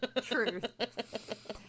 Truth